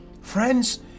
friends